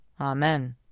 Amen